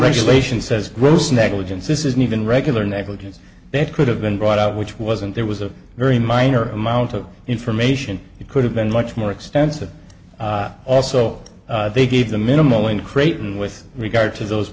legislation says gross negligence this isn't even regular negligence that could have been brought out which wasn't there was a very minor amount of information it could have been much more extensive also they gave the minimal uncrate in with regard to those